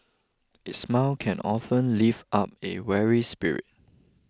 a smile can often lift up a weary spirit